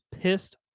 pissed